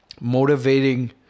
motivating